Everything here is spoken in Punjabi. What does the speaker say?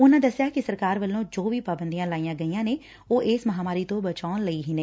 ਉਨਾਂ ਦਸਿਆ ਗਿਆ ਕਿ ਸਰਕਾਰ ਵੱਲੋਂ ਜੋ ਵੀ ਪਾਬੰਦੀਆਂ ਲਾਈਆਂ ਗਈਆਂ ਨੇ ਉਹ ਇਸ ਮਹਾਂਮਾਰੀ ਤੋਂ ਬਚਾਉਣ ਲਈ ਹੀ ਨੇ